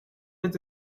with